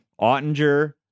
Ottinger